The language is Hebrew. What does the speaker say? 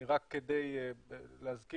רק כדי להזכיר,